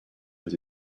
has